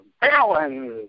balance